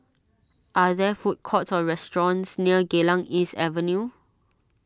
are there food courts or restaurants near Geylang East Avenue